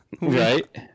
Right